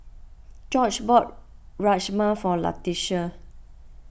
Gorge bought Rajma for Leticia